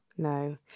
No